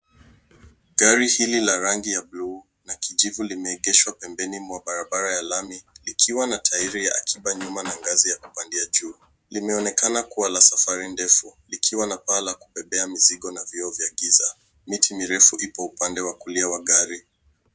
Gari hili la rangi ya bluu na kijivu limeegeshwa pembeni mwa barabara ya lami likiwa tairi ya akiba nyuma na ngazi ya kupandia juu. Limeonekana kuwa la safari ndefu likiwa na paa la kubebea mizigo na vioo vya giza. Miti mirefu ipo upande wa kulia wa gari.